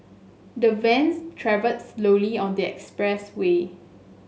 the vans travelled slowly on the expressway